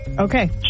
Okay